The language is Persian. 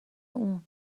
اون